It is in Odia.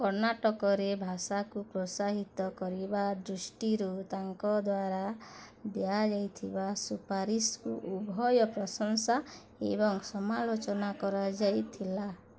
କର୍ଣ୍ଣାଟକରେ ଭାଷାକୁ ପ୍ରୋତ୍ସାହିତ କରିବା ଦୃଷ୍ଟିରୁ ତାଙ୍କ ଦ୍ୱାରା ଦିଆଯାଇଥିବା ସୁପାରିଶକୁ ଉଭୟ ପ୍ରଶଂସା ଏବଂ ସମାଲୋଚନା କରାଯାଇଥିଲା